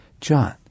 John